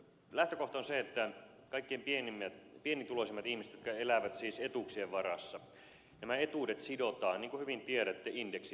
lähtökohta on se että kaikkein pienituloisimmilla ihmisillä jotka elävät siis etuuksien varassa nämä etuudet sidotaan niin kuin hyvin tiedätte indeksiin